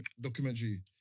documentary